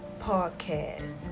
podcast